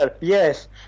yes